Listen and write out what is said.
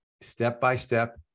step-by-step